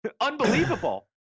Unbelievable